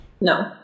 No